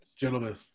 Gentlemen